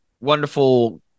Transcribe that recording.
wonderful